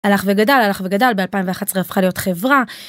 הלך וגדל הלך וגדל ב-2011 הפכה להיות חברה.